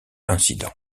incident